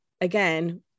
again